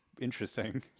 interesting